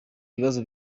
ibibazo